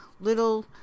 little